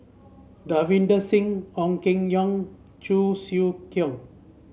Davinder Singh Ong Keng Yong Cheong Siew Keong